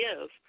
give